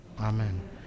amen